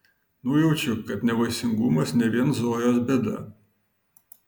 nujaučiau kad nevaisingumas ne vien zojos bėda